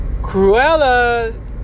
Cruella